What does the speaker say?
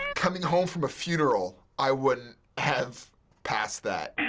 coming home from a funeral, i would have passed that.